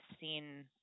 seen